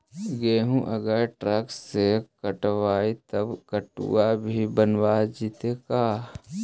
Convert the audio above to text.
गेहूं अगर ट्रैक्टर से कटबइबै तब कटु भी बनाबे जितै का?